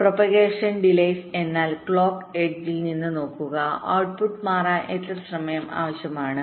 പ്രചാരണ കാലതാമസം എന്നാൽ ക്ലോക്ക് എഡ്ജിൽ നിന്ന് നോക്കുക ഔട്ട്പുട് മാറാൻ എത്ര സമയം ആവശ്യമാണ്